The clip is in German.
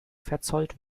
verzollt